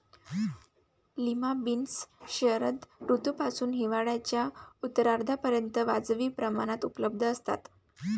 lima beans शरद ऋतूपासून हिवाळ्याच्या उत्तरार्धापर्यंत वाजवी प्रमाणात उपलब्ध असतात